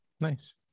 Nice